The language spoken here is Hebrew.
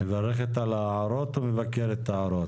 מברכת על ההערות או מבקרת את ההערות?